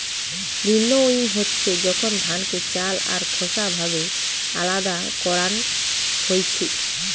ভিন্নউইং হচ্ছে যখন ধানকে চাল আর খোসা ভাবে আলদা করান হইছু